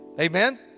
Amen